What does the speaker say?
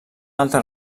altre